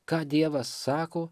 ką dievas sako